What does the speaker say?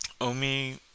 Omi